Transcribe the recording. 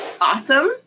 awesome